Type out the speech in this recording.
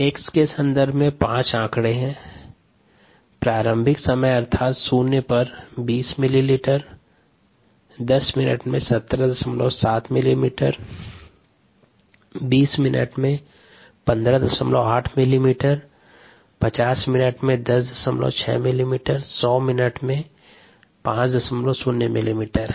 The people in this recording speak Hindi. X के संदर्भ में 5 आंकड़े हैं प्रारंभिक समय अर्थात शून्य पर 20 मिलीमीटर 10 मिनट में 177 मिलीमीटर 20 मिनट में 158 मिलीमीटर 50 मिनट में 106 मिलीमीटर और 100 मिनट में 50 मिलीमीटर है